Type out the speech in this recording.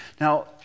now